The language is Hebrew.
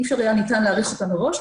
אי אפשר היה להעריך אותה מראש.